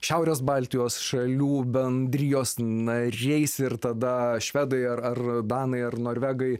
šiaurės baltijos šalių bendrijos nariais ir tada švedai ar danai ar norvegai